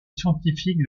scientifique